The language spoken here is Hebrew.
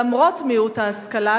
למרות מיעוט ההשכלה,